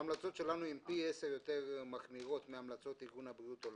ההמלצות שלנו מחמירות פי עשר מההמלצות של ארגון הבריאות העולמי.